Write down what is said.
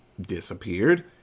disappeared